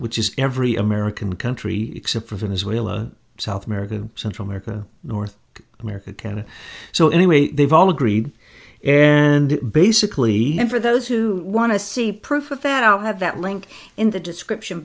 which is every american country except for in israel or south america central america north america canada so anyway they've all agreed and basically for those who want to see proof of that i'll have that link in the description